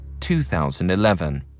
2011